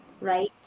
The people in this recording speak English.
right